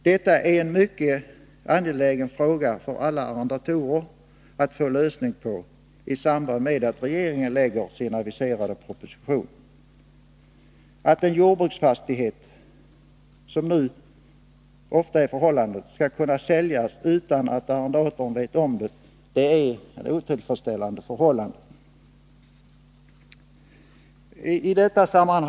Det är mycket angeläget för alla arrendatorer att få en lösning av denna fråga i samband med att regeringen framlägger sin aviserade proposition. Att en jordbruksfastighet, som nu ofta är förhållandet, skall kunna säljas utan att arrendatorn vet om det, är ett mycket otillfredsställande förhållande. Herr talman!